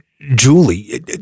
julie